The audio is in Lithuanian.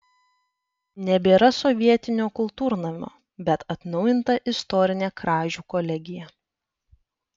nebėra sovietinio kultūrnamio bet atnaujinta istorinė kražių kolegija